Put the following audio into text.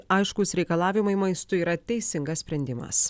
aiškūs reikalavimai maistui yra teisingas sprendimas